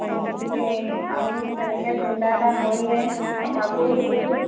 সেইটোকেই আমিও তেনেকৈ চিন্তা এটা কৰিয়ে পথাৰবোৰো দূৰ